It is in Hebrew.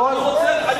קריאה ראשונה.